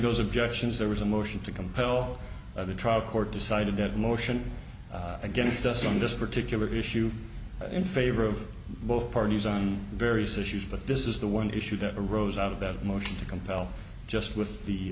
those objections there was a motion to compel the trial court decided that motion against us on this particular issue in favor of both parties on various issues but this is the one issue that arose out of that motion to compel just with the